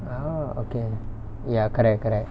ah okay ya correct correct